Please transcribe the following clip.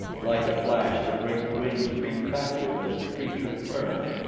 like a flash the great wings beat backward as the creature turned,